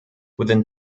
within